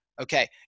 Okay